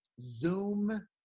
Zoom